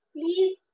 please